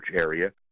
area